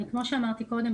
כמו שאמרתי קודם,